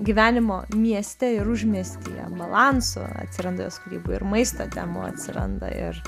gyvenimo mieste ir užmiestyje balansu atsiranda jos kūryboj ir maisto temų atsiranda ir